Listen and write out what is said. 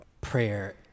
prayer